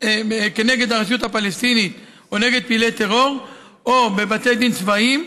כנגד הרשות הפלסטינית או נגד פעילי טרור או בבתי דין צבאיים,